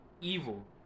evil